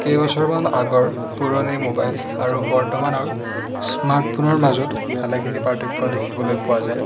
কেইবছৰমান আগৰ পুৰণি মোবাইল আৰু বৰ্তমানৰ স্মাৰ্ট ফোনৰ মাজত ভালেখিনি পাৰ্থক্য দেখিবলৈ পোৱা যায়